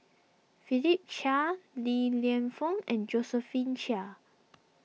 Philip Chia Li Lienfung and Josephine Chia